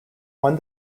won